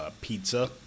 pizza